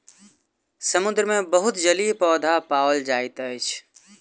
समुद्र मे बहुत जलीय पौधा पाओल जाइत अछि